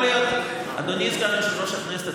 אדוני סגן יושב-ראש הכנסת,